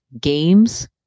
games